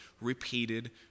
repeated